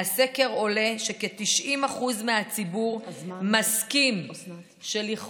מהסקר עולה שכ-90% מהציבור מסכימים שלנוכח